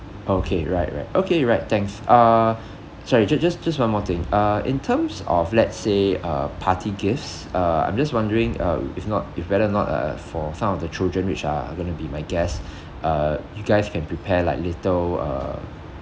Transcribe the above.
okay right right okay right thanks uh sorry ju~ just just one more thing uh in terms of let's say uh party gifts uh I'm just wondering uh if not if whether or not uh for some of the children which are going to be my guest uh you guys can prepare like little uh